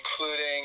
including